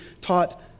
taught